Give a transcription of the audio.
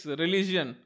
religion